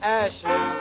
ashes